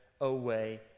away